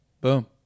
Boom